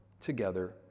together